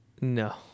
No